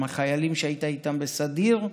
עם החיילים שהיית איתם בסדיר,